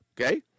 okay